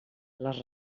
les